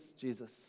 Jesus